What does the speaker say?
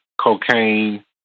cocaine